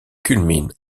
culmine